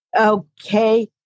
Okay